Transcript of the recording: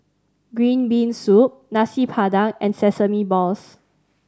green bean soup Nasi Padang and sesame balls